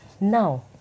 Now